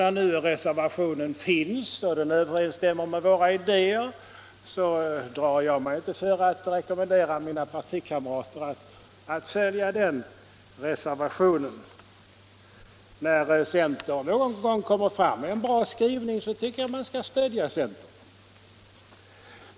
När — Förhållandet nu reservationen finns också överensstämmer med våra idéer så drar jag — mellan stat och mig inte för att rekommendera mina partikamrater att följa denna reserva — kyrka m.m. tion. När centern någon gång kommer fram med en bra skrivning så tycker jag att man skall stödja centern.